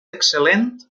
excel·lent